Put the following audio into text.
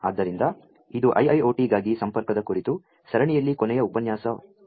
ಆದ್ದರಿಂ ದ ಇದು IIoT ಗಾ ಗಿ ಸಂ ಪರ್ಕ ದ ಕು ರಿತು ಸರಣಿಯಲ್ಲಿ ಕೊ ನೆಯ ಉಪನ್ಯಾ ಸವಾ ಗಲಿದೆ